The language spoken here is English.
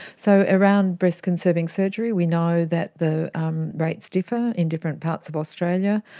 so around breast conserving surgery we know that the rates differ in different parts of australia.